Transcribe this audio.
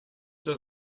das